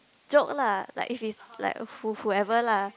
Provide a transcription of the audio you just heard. joke lah like if it's like who whoever lah